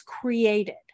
created